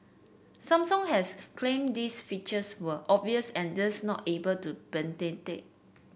Samsung has claimed these features were obvious and thus not able to be patented